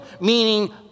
meaning